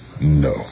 No